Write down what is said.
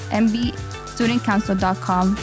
mbstudentcouncil.com